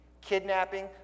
Kidnapping